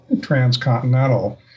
transcontinental